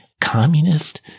communist